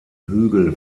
hügel